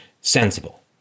sensible